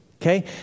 okay